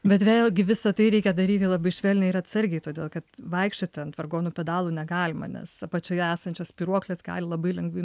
bet vėlgi visa tai reikia daryti labai švelniai ir atsargiai todėl kad vaikščioti ant vargonų pedalų negalima nes apačioje esančios spyruoklės gali labai lengvai